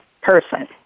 person